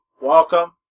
welcome